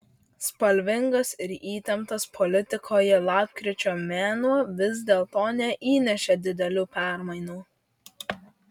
spalvingas ir įtemptas politikoje lapkričio mėnuo vis dėlto neįnešė didelių permainų